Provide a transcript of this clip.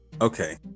Okay